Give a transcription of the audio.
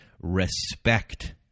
Respect